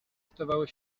stawały